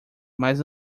mas